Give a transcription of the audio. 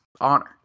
honor